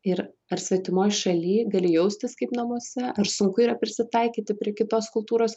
ir ar svetimoj šaly gali jaustis kaip namuose ar sunku yra prisitaikyti prie kitos kultūros